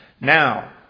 Now